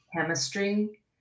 chemistry